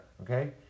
Okay